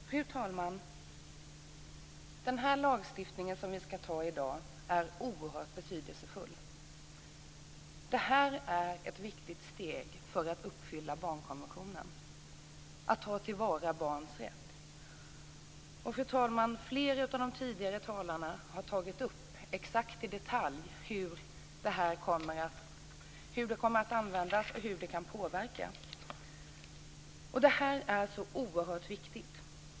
Fru talman! Den lagstiftning som vi i dag ska ta beslut om är oerhört betydelsefull. Det här är ett viktigt steg när det gäller att uppfylla barnkonventionen och att ta till vara barns rätt. Flera av tidigare talare har exakt i detalj tagit upp hur det här kommer att användas och hur det kan påverka. Detta är alltså oerhört viktigt.